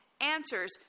answers